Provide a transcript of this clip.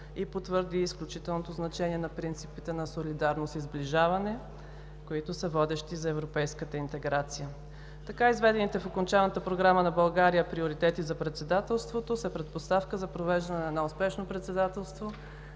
и потвърди изключителното значение на принципите на солидарност и сближаване, които са водещи за европейската интеграция. Така изведените в окончателната Програма на България приоритети за Председателството, са предпоставка за провеждане на едно успешно Председателство